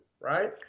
Right